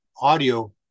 audio